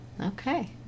okay